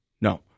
No